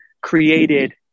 created